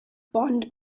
bond